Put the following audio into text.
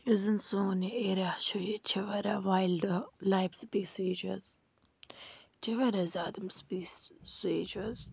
یُس زَن سون یہِ ایریا چھُ ییٚتہِ چھِ واریاہ وایلڈٕ لایف سپیٖسیٖز حظ ییٚتہِ چھِ واریاہ زیادٕ سپیٖسیٖس چھِ حظ